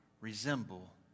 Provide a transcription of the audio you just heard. resemble